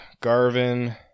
Garvin